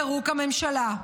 פירוק הממשלה.